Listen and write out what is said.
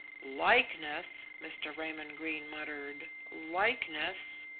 likeness! mr. raymond greene muttered. likeness!